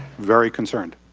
very concerned.